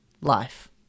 life